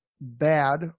bad